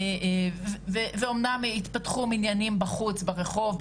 ואמנם התפתחו מניינים בחוץ ברחוב,